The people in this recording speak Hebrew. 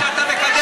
זה מה שאתה מקדם.